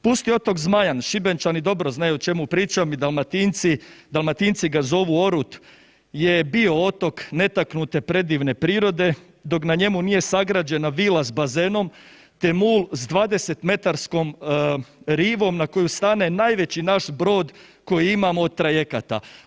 Pusti otok Zmajan, Šibenčani dobro znaju o čemu pričam i Dalmatinci, Dalmatinci ga zovu Orut, je bio otok netaknute predivne prirode dok na njemu nije sagrađena vila sa bazen te mol sa 20 metarskom rivom na koju stane najveći naš brod koji imamo od trajekata.